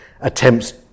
attempts